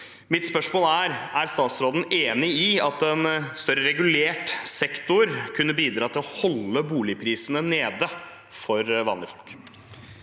Mitt spørsmål er: Er statsråden enig i at en mer regulert sektor kunne bidratt til å holde boligprisene nede for vanlige folk?